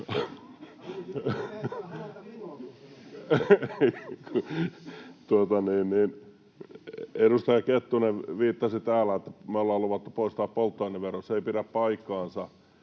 Edustaja Kettunen viittasi täällä, että me ollaan luvattu poistaa polttoainevero. Se ei pidä paikkaansa.